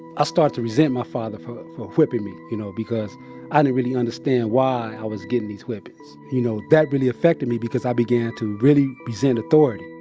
i started to resent my father for whipping me, you know, because i didn't really understand why i was getting these whippings, you know. that really affected me, because i began to really resent authority